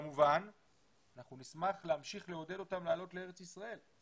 כמובן אנחנו נשמח להמשיך לעודד אותם לעלות לארץ ישראל,